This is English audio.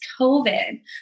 COVID